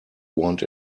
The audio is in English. want